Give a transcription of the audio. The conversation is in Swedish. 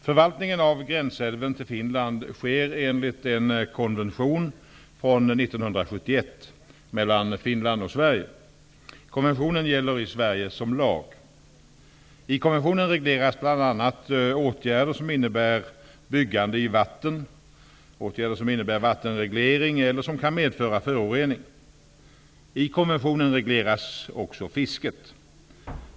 Förvaltningen av gränsälven till Finland sker enligt en konvention från år 1971 mellan Finland och konventionen regleras bl.a. åtgärder som innebär byggande i vatten, som innebär vattenreglering eller som kan medföra förorening. I konventionen regleras också fisket.